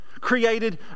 created